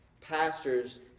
pastors